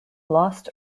lost